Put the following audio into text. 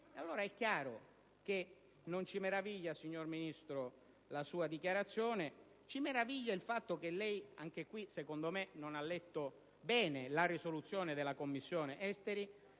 È allora chiaro che non ci meraviglia, signor Ministro, la sua dichiarazione; ci meraviglia il fatto che lei anche in questo caso non ha, secondo me, letto bene la risoluzione della Commissione affari